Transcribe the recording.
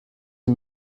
die